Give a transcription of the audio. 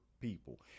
people